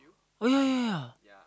oh ya ya ya